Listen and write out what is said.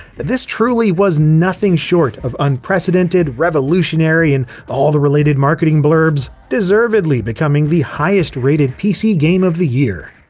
this truly was nothing short of unprecedented, revolutionary, and all the related marketing blurbs, deservedly becoming the highest-rated pc game of the year.